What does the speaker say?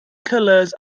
colors